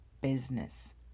business